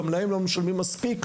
גם להם לא משלמים מספיק,